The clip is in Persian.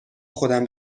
خودم